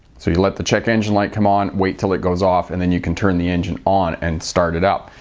so you let the check engine light come on. wait till it goes off and then you can turn the engine on and start it up.